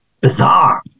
bizarre